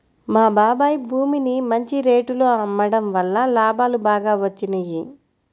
మా బాబాయ్ భూమిని మంచి రేటులో అమ్మడం వల్ల లాభాలు బాగా వచ్చినియ్యి